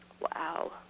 Wow